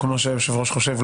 או כמו שהיושב-ראש חושב,